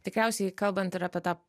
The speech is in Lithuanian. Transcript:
tikriausiai kalbant ir apie tą